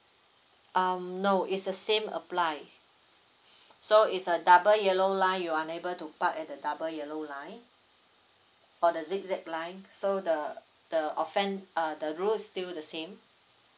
um no it's the same applied so it's a double yellow line you're unable to park at the double yellow line for the zigzag line so the the offend uh the rule is still the same